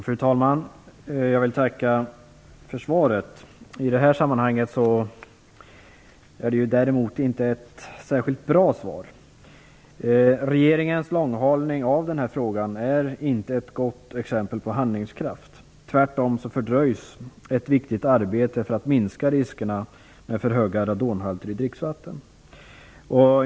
Fru talman! Jag vill tacka för svaret, som tyvärr inte är ett särskilt bra svar. Regeringens långhalning av den här frågan är inget gott exempel på handlingskraft. Tvärtom fördröjs ett viktigt arbete för att minska riskerna för för höga radonhalter i dricksvatten.